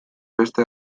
beste